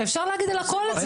אפשר להגיד על הכל את זה,